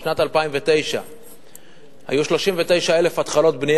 בשנת 2009 היו 39,000 התחלות בנייה,